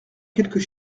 quelques